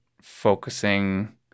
focusing